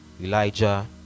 Elijah